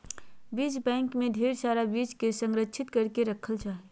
बीज बैंक मे ढेर सारा बीज के संरक्षित करके रखल जा हय